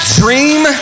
dream